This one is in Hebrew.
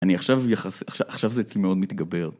אני עכשיו יחס... עכש-עכשיו זה אצלי מאוד מתגבר.